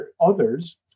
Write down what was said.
others